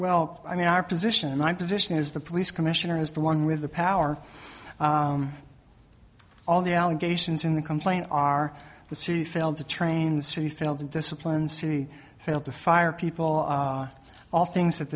well i mean our position and my position is the police commissioner is the one with the power all the allegations in the complaint are the c failed to train c failed and disciplined city failed to fire people all things that